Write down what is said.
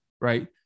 right